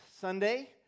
Sunday